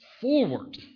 forward